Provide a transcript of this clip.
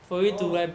orh